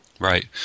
Right